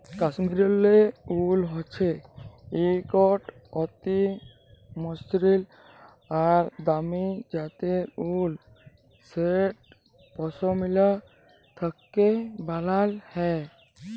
কাশ্মীরলে উল হচ্যে একট অতি মসৃল আর দামি জ্যাতের উল যেট পশমিলা থ্যাকে ব্যালাল হয়